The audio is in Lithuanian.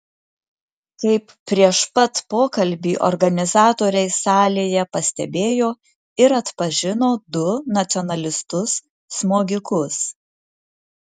kaip prieš pat pokalbį organizatoriai salėje pastebėjo ir atpažino du nacionalistus smogikus